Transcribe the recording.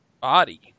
body